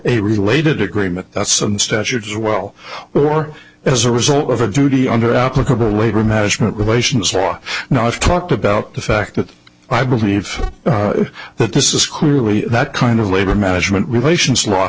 statute as well or as a result of a duty under applicable labor management relations law now i've talked about the fact that i believe that this is clearly that kind of labor management relations law